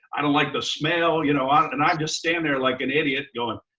i don't like the smell. you know um and i'd just stand there like an idiot going.